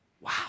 Wow